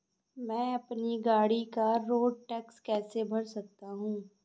मैं अपनी गाड़ी का रोड टैक्स कैसे भर सकता हूँ?